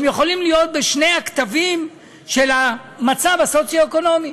הם יכולים להיות בשני הקטבים של המצב הסוציו-אקונומי,